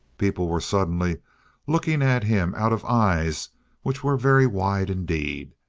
people were suddenly looking at him out of eyes which were very wide indeed.